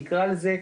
נקרא לזה,